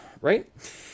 right